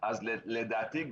לדעתי,